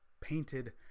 painted